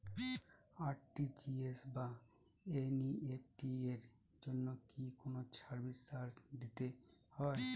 RTGS বা NEFT এর জন্য কি কোনো সার্ভিস চার্জ দিতে হয়?